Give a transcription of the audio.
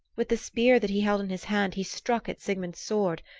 with the spear that he held in his hand he struck at sigmund's sword,